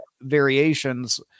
variations